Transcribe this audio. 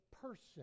person